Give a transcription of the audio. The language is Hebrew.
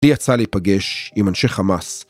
לי יצא להיפגש עם אנשי חמאס.